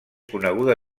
coneguda